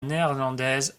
néerlandaise